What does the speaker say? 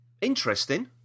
Interesting